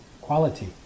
quality